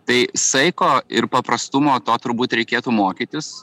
tai saiko ir paprastumo to turbūt reikėtų mokytis